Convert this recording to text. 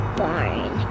barn